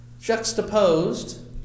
juxtaposed